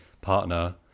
partner